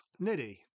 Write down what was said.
Niddy